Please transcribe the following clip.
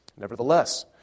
Nevertheless